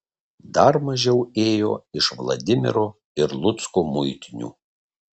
dar mažiau ėjo iš vladimiro ir lucko muitinių